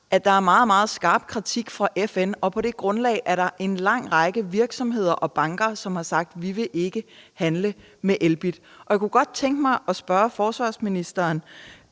at der er meget, meget skarp kritik fra FN's side, og at der på det grundlag er en lang række virksomheder og banker, som har sagt, at de ikke vil handle med Elbit? Jeg kunne på den baggrund godt tænke mig at spørge forsvarsministeren,